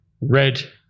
red